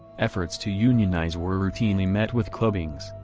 efforts to unionize were routinely met with clubbings,